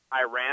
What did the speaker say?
Iran